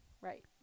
Right